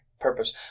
purpose